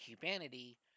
humanity